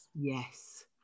Yes